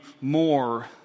more